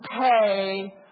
pay